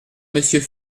monsieur